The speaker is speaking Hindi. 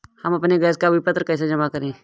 हम अपने गैस का विपत्र कैसे जमा करें?